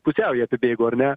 pusiaują apibėgo ar ne